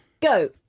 Go